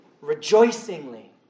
rejoicingly